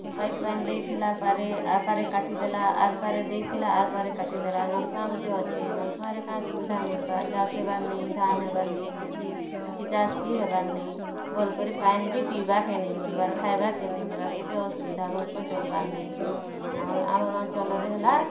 ତ୍ ପାଇପ୍ ପାଏଁନ୍ ଦେଇ ଥିଲା ପାରେ ଆର୍ ପାରେ କାଟିଦେଲା ଆର୍ ପାରେ ଦେଇଥିଲା ଆର୍ ପାରେ କାଟିଦେଲା ନଳକୂଆଁ ଗୁଟେ ଅଛେ ନଳକୂଆଁରେ କାଏଁ ସୁବିଧା ମିଲ୍ବା ଚାଷ୍ ହେବାର ନାଇଁ ଧାନ ହେବାର୍ ନି କିଛି କିଛି ଚାଷ୍ ବି ହେ ନି ଭଲକରି ପାଏଁନ୍ ବି ପିବାର୍କେ ନାଇଁ ମିଲବାର୍ ଖାଏବାର୍କେ ନାଇଁ ମିଲ୍ବାର୍ କେତେ ଅସୁବିଧା ଭଲ୍ କରି ଚଲ୍ବାର୍ ନାଇଁ ଆମର ଅଞ୍ଚଳରେ ହେଲା